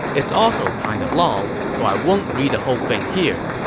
it's also kind of long, so i won't read the whole thing here.